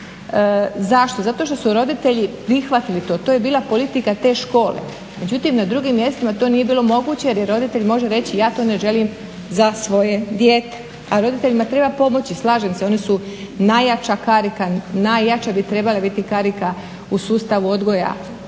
Zašto? Zato što su roditelji prihvatili to, to je bila politika te škole. Međutim, na drugim mjestima to nije bilo moguće jer roditelj može reći ja to ne želim za svoje dijete. A roditeljima treba pomoći, slažem se. Oni su najjača karika, najjača bi trebali biti karika u sustavu odgoja